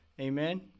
Amen